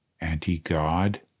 Anti-God